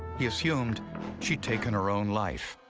he assumed she'd taken her own life.